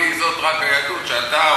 והיא זאת רק היהדות שאתה,